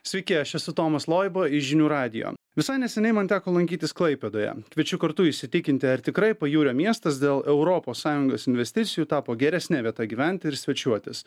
sveiki aš esu tomas loiba iš žinių radijo visai neseniai man teko lankytis klaipėdoje kviečiu kartu įsitikinti ar tikrai pajūrio miestas dėl europos sąjungos investicijų tapo geresne vieta gyventi ir svečiuotis